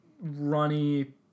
runny